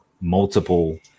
multiple